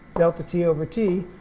delta t over t,